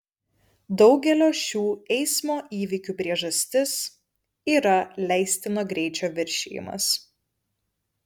daugelio šių eismo įvykių priežastis yra leistino greičio viršijimas